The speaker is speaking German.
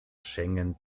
schengen